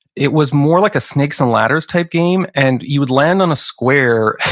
it was more like a snakes and ladders type game and you would land on a square.